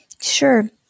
sure